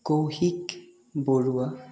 Kaushik Barua